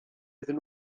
iddyn